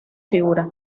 figura